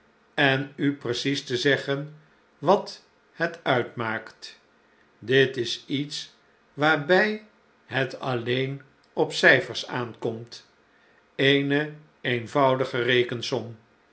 en u precies te zeggen wat het uitmaakt dit is iets waarbij het alleen op cijfers aankomt eene